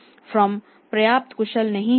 firm पर्याप्त कुशल नहीं है